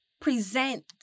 present